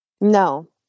No